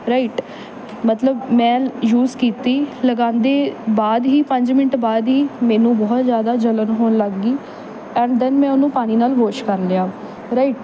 right ਮਤਲਬ ਮੈਂ use ਕੀਤੀ ਲਗਉਂਦੇ ਬਾਅਦ ਹੀ ਪੰਜ ਮਿੰਟ ਬਾਅਦ ਹੀ ਮੈਨੂੰ ਬਹੁਤ ਜ਼ਿਆਦਾ ਜਲਣ ਹੋਣ ਲੱਗ ਗਈ ਔਰ ਦੈਨ ਮੈਂ ਉਹਨੂੰ ਪਾਣੀ ਨਾਲ ਵੋਸ਼ ਕਰ ਲਿਆ ਰਾਈਟ